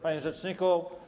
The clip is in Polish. Panie Rzeczniku!